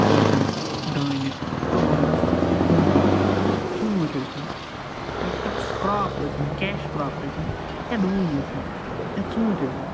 سُہ ٲسِن دانہِ توٚمُل کۄنٛگ ژھوٗنٛٹھۍ ٲسِن یا کانٛہہ کرٛاپ ٲسِن کیش کرٛاپ ٲسِن یا ڈوٗنۍ ٲسِن یا ژھوٗنٹھۍ ٲسِن